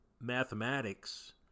mathematics